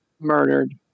murdered